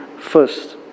first